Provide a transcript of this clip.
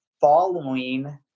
following